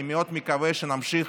אני מאוד מקווה שנמשיך